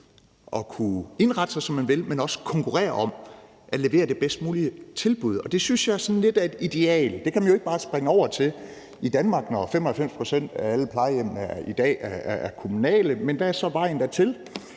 at kunne indrette sig, som man vil, men også konkurrere om at levere det bedst mulige tilbud. Og det synes jeg sådan lidt er et ideal. Det kan man jo bare ikke springe over til i Danmark, når 95 pct. af alle plejehjemmene i dag er kommunale. Men der er så vejen dertil,